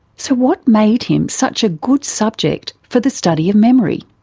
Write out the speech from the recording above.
so what made him such a good subject for the study of memory?